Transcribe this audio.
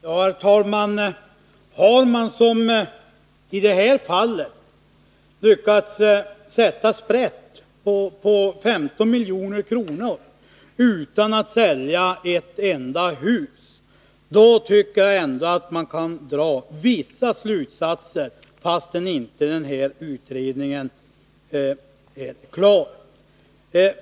Herr talman! Har man, som i det här fallet, lyckats sätta sprätt på 15 milj.kr. utan att sälja ett enda hus, tycker jag ändå att vi kan dra vissa slutsatser, fastän inte utredningen är klar.